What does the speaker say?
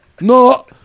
no